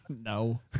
no